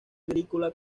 agrícola